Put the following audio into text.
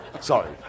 Sorry